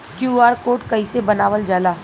QR code कइसे बनवाल जाला?